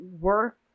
work